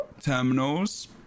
terminals